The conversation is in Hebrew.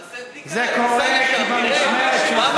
תעשה בדיקה, זה קורה, תיסע לשם, תראה.